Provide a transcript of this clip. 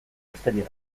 besterik